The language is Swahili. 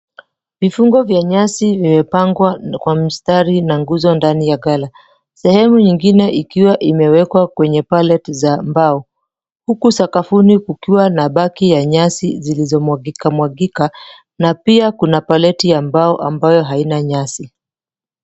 Vifungo vya nyasi vimepangwa kwa mstari na nguzo ndani ya ghala. Sehemu nyingine ikiwa imewekwa kwenye palette za mbao. Huku sakafuni kukiwa na baki ya nyasi zilizomwagika mwagika na pia kuna paleti ya mbao ambayo haina nyasi.